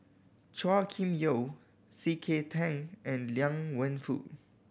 Chua Kim Yeow C K Tang and Liang Wenfu